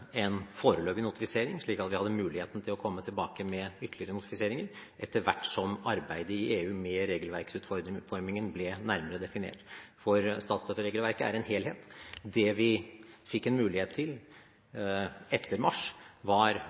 en foreløpig notifisering, slik at vi hadde muligheten til å komme tilbake med ytterligere notifiseringer etter hvert som arbeidet i EU – med regelverksutformingen – ble nærmere definert, for statsstøtteverket er en helhet. Det vi fikk en mulighet til etter mars, var